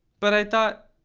but i thought,